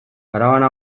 karabana